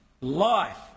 life